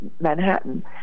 Manhattan